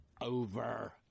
over